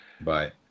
Bye